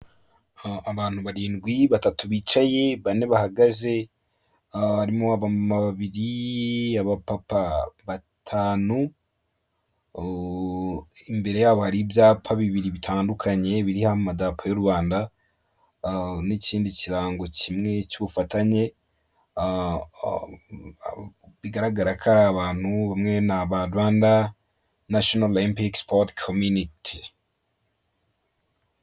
Abantu barindwi batatu bicaye bane bahagaze barimo aba mana babiri, aba papa batanu imbere yabo hari ibyapa bibiri bitandukanye biriho ama drapo y'u rwanda n'ikindi kirango kimwe cy'ubufatanye bigaragara ko ari abantu baba Nemba ba national olympic sport community .